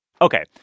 Okay